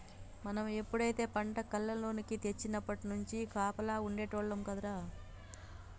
మనం ఎప్పుడైతే పంట కల్లేనికి తెచ్చినప్పట్నుంచి కాపలా ఉండేటోల్లం కదరా